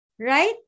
right